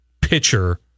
pitcher